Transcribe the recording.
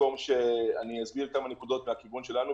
אני אסביר כמה נקודות מהכיוון שלנו,